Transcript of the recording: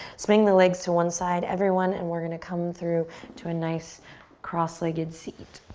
swing the legs to one side everyone and we're going to come through to a nice cross-legged seat.